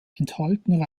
enthalten